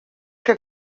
que